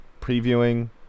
previewing